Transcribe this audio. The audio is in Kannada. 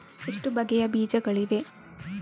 ಎಷ್ಟು ಬಗೆಯ ಬೀಜಗಳಿವೆ?